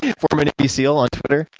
yeah former navy seal on twitter,